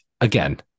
Again